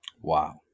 Wow